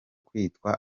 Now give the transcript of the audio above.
kwitwa